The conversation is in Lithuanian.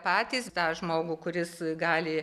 patys tą žmogų kuris gali